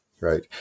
right